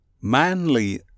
Manly